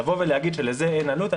לבוא ולהגיד שלזה אין עלות,